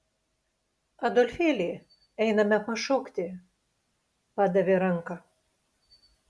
adolfėli einame pašokti padavė ranką